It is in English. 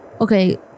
okay